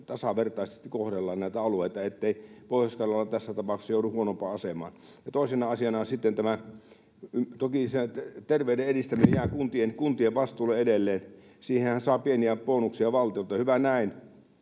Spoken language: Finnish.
tasavertaisesti kohdellaan näitä alueita, niin ettei Pohjois-Karjala tässä tapauksessa joudu huonompaan asemaan? Toisena asiana on sitten tämä, että toki terveyden edistäminen jää kuntien vastuulle edelleen, siihenhän saa pieniä bonuksia valtiolta, ja hyvä näin,